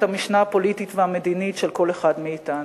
המשנה הפוליטית והמדינית של כל אחד מאתנו.